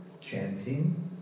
chanting